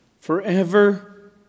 Forever